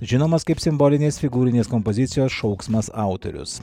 žinomas kaip simbolinės figūrinės kompozicijos šauksmas autorius